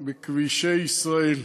בכבישי ישראל.